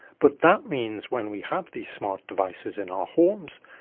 but that means when we have these smart devices in our homes,